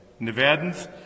Nevadans